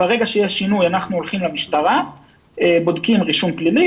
ברגע שיש שינוי אנחנו בודקים במשטרה אם אין רישום פלילי,